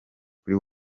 kuri